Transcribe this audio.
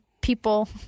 people